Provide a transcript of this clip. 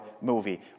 movie